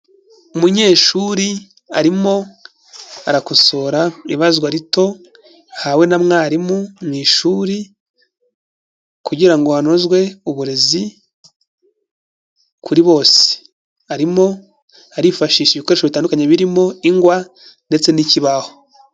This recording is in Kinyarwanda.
Umunyeshuri arimo arakosora ibazwa rito ahawe na mwarimu mu ishuri kugira ngo hanozwe uburezi kuri bose, arimo arifashisha ibikoresho bitandukanye birimo ingwa ndetse n'ikibaho.